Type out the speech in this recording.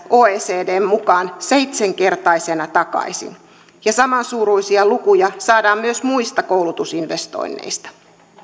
oecdn mukaan itsensä seitsenkertaisena takaisin ja samansuuruisia lukuja saadaan myös muista koulutusinvestoinneista